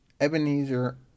Ebenezer